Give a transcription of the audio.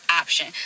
option